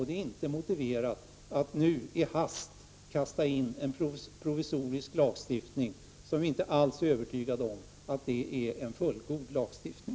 Det är inte motiverat att nu i hast kasta in en provisorisk lagstiftning, när vi inte alls är övertygade om att det är en fullgod lagstiftning.